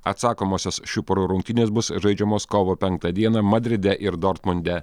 atsakomosios šių porų rungtynės bus žaidžiamos kovo penktą dieną madride ir dortmunde